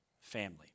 family